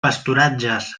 pasturatges